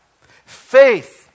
Faith